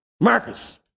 Marcus